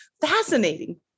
fascinating